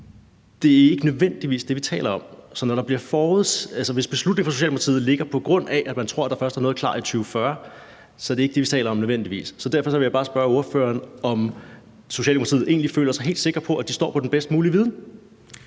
Det er ikke nødvendigvis det, vi taler om. Så hvis beslutningen fra Socialdemokratiet har baggrund i, at man tror, det er noget, der først er klart i 2040, vil jeg sige, at det ikke nødvendigvis er det, vi taler om. Så derfor vil jeg bare spørge ordføreren, om Socialdemokratiet egentlig føler sig helt sikker på, at de ligger inde med den bedst mulige viden.